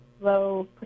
low